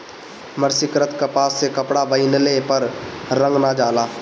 मर्सरीकृत कपास से कपड़ा बनइले पर रंग ना जाला